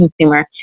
consumer